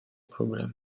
probleme